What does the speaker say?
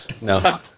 No